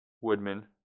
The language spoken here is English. Woodman